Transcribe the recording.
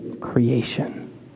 creation